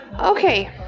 Okay